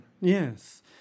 Yes